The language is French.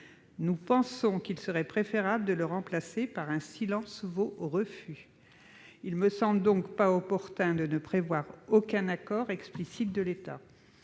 Nous pensons qu'il serait préférable de le remplacer par une procédure de « silence vaut refus ». Il ne semble pas opportun de ne prévoir aucun accord explicite de l'État.